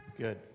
Good